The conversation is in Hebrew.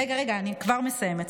רגע, רגע, אני כבר מסיימת.